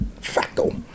Facto